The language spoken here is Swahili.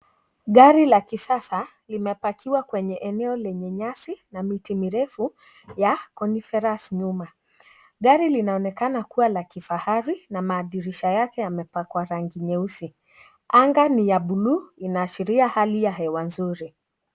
Gari la kisasa limepakiwa kwenye eneo lenye nyasi na miti mirefu ya coniferous nyuma. Gari linaonekana kuwa la kifahari na madirisha yake yamepakwa rangi nyeusi, anga ni ya bluu inaashiria hali ya hewa nzuri .